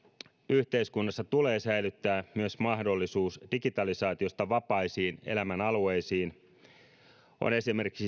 yhteiskunnassa tulee säilyttää myös mahdollisuus digitalisaatiosta vapaisiin elämänalueisiin on esimerkiksi